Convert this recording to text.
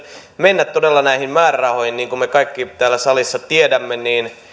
mennä todella näihin määrärahoihin niin kuin me kaikki täällä salissa tiedämme niin